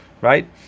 right